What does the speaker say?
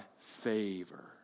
favor